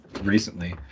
recently